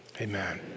amen